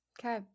Okay